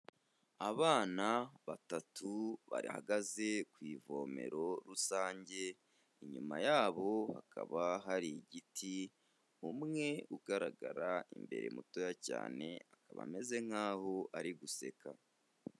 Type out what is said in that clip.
Abana batatu bahagaze ku ivomero rusange, inyuma yabo hakaba hari igiti, umwe ugaragara imbere mutoya cyane akaba ameze nk'aho ari guseka.